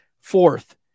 Fourth